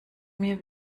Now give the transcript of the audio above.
mir